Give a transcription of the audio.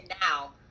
now